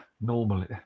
normally